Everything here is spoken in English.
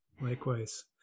Likewise